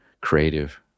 creative